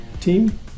team